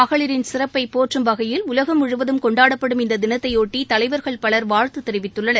மகளிரின் சிறப்பை போற்றும் வகையில் உலகம் முழுவதும் கொண்டாடப்படும் இந்த தினத்தையொட்டி தலைவர்கள் பலர் வாழ்த்து தெரிவித்துள்ளனர்